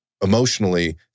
emotionally